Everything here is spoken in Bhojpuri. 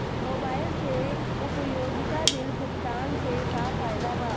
मोबाइल से उपयोगिता बिल भुगतान से का फायदा बा?